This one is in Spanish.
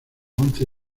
once